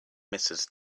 mrs